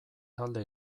talde